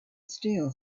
steel